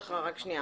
זה לא רלבנטי שם.